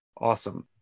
Awesome